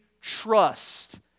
trust